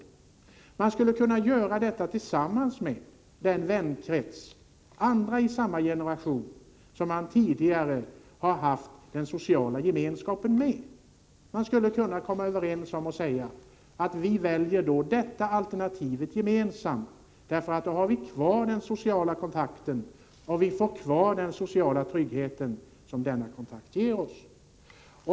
Människor skulle kunna göra detta tillsammans med den vänkrets, andra i samma generation, som de tidigare har haft den sociala gemenskapen med. Människor skulle kunna komma överens om att välja ett visst alternativ för att ha kvar den sociala kontakten och den sociala tryggheten som denna kontakt ger.